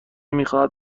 میخواد